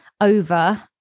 over